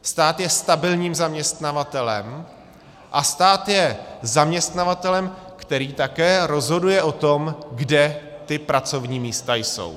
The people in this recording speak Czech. Stát je stabilním zaměstnavatelem a stát je zaměstnavatelem, který také rozhoduje o tom, kde ta pracovní místa jsou.